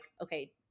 okay